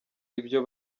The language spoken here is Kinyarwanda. ibyo